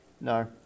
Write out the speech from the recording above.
No